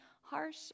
harsh